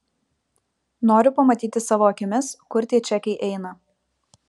noriu pamatyti savo akimis kur tie čekiai eina